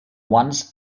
once